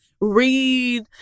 read